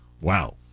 wow